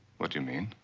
what do you mean?